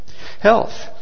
Health